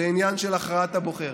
זה עניין של הכרעת הבוחר.